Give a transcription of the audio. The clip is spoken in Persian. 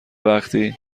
وقتی